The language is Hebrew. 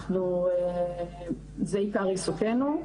זה עיקר עיסוקנו,